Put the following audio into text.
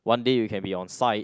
one day you can be on site